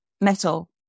Metal